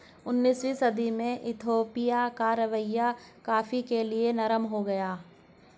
उन्नीसवीं सदी में इथोपिया का रवैया कॉफ़ी के लिए नरम हो गया